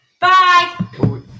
Bye